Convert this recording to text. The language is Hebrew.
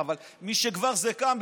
אבל משכבר זה קם,